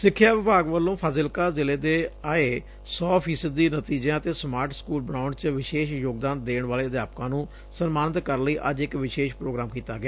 ਸਿਖਿਆ ਵਿਭਾਗ ਵਲੋਂ ਫਾਜ਼ਿਲਕਾ ਜ਼ਿਲੇ ਦੇ ਆਏ ਸੌ ਫ਼ੀਸਦੀ ਨਤੀਜਿਆਂ ਅਤੇ ਸਮਾਰਟ ਸਕੁਲ ਬਣਾਉਣ ਚ ਵਿਸ਼ੇਸ਼ ਯੋਗਦਾਨ ਦੇਣ ਵਾਲੇ ਅਧਿਆਪਕਾਂ ਨੂੰ ਸਮਾਨਿਤ ਕਰਨ ਲਈ ਅੱਜ ਇਕ ਵਿਸ਼ੇਸ਼ ਪ੍ਰੋਗਰਾਮ ਕੀਤਾ ਗਿਆ